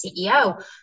CEO